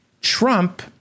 Trump